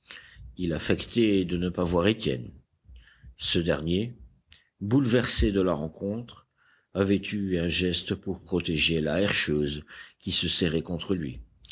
il affectait de ne pas voir étienne ce dernier bouleversé de la rencontre avait eu un geste pour protéger la herscheuse qui se serrait contre lui